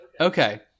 Okay